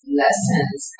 lessons